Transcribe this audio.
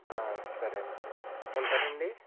సరేండి ఉంటారండి